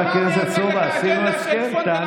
אבל